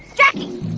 jacki!